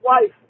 wife